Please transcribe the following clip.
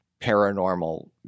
paranormal